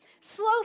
Slow